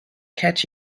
catch